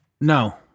No